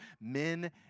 men